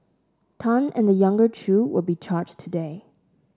Tan and the younger Chew will be charged today